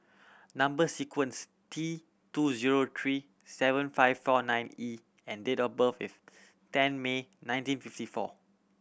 number sequence T two zero three seven five four nine E and date of birth is ten May nineteen fifty four